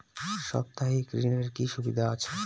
সাপ্তাহিক ঋণের কি সুবিধা আছে?